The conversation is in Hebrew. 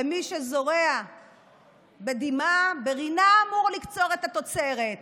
ומי שזורע בדמעה, ברינה אמור לקצור את התוצרת.